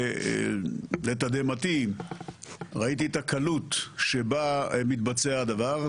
שלתדהמתי ראיתי את הקלות שבה מתבצע הדבר.